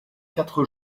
quatre